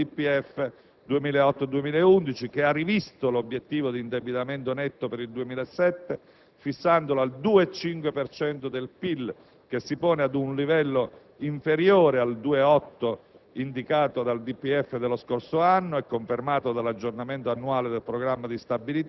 Le risultanze dell'assestamento vanno altresì valutate in rapporto al DPEF 2008-2011 che ha rivisto l'obiettivo di indebitamento netto per il 2007, fissandolo al 2,5 per cento del PIL, che si pone ad un livello inferiore al 2,8